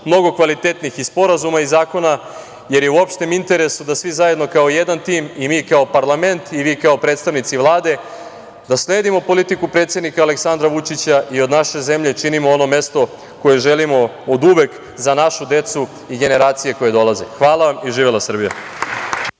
mnogo kvalitetnih i sporazuma i zakona, jer je u opštem interesu da svi zajedno kao jedan tim, i mi kao parlament i vi kao predstavnici Vlade, da sledimo politiku predsednika Aleksandra Vučića i od naše zemlje činimo ono mesto koje želimo oduvek za našu decu i generacije koje dolaze. Hvala vam i živela Srbija.